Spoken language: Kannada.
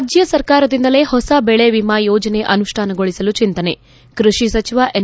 ರಾಜ್ಯ ಸರ್ಕಾರದಿಂದಲೇ ಹೊಸ ಬೆಳೆ ವಿಮಾ ಯೋಜನೆ ಅನುಷ್ಠಾನಗೊಳಿಸಲು ಚಿಂತನೆ ಕೃಷಿ ಸಚಿವ ಎನ್